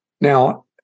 now